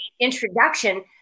introduction